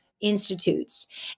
institutes